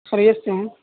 خیریت سے ہیں